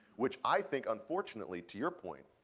which i think, unfortunately, to your point,